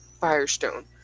Firestone